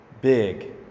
big